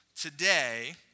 today